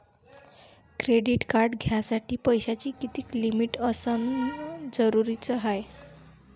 Credit card घ्यासाठी पैशाची कितीक लिमिट असनं जरुरीच हाय?